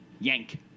yank